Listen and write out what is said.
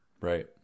Right